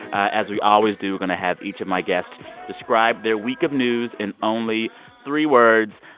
as we always do, we're going to have each of my guests describe their week of news in only three words.